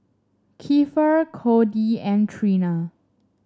Kiefer Codie and Trina